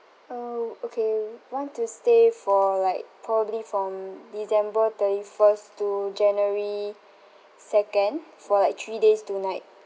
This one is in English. oh okay want to stay for like probably from december thirty first to january second for like three days two night